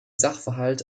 sachverhalt